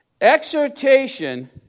Exhortation